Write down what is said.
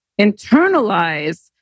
internalize